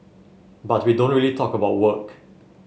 but we don't really talk about work